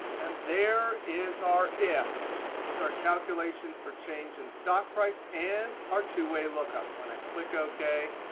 and there is our if with our calculation for change in stock price and our two-way look up. when i click ok,